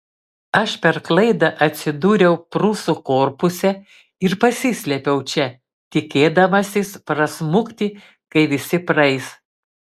aš per klaidą atsidūriau prūsų korpuse ir pasislėpiau čia tikėdamasis prasmukti kai visi praeis